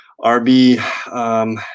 RB